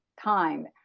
time